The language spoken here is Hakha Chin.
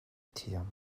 thiam